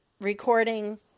recording